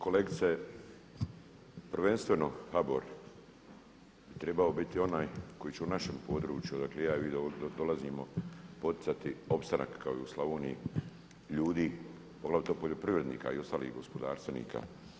Kolegice, prvenstveno HBOR bi trebao biti onaj koji će u našem području odakle ja i vi dolazimo poticati opstanak kao i u Slavoniji ljudi poglavito poljoprivrednika i ostalih gospodarstvenika.